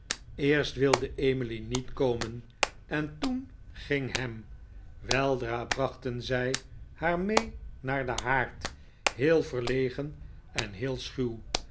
eerst wilde emily niet komen en toen ging ham weldra brachten zij haar mee naar den haard heel verlegen en heel schuw